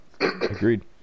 Agreed